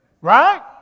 Right